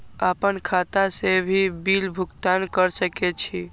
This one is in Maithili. आपन खाता से भी बिल भुगतान कर सके छी?